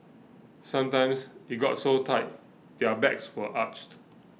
sometimes it got so tight their backs were arched